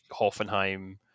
Hoffenheim